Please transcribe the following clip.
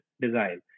design